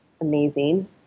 amazing